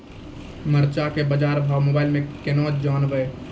मरचा के बाजार भाव मोबाइल से कैनाज जान ब?